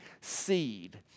seed